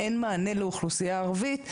אין מענה לאוכלוסייה ערבית,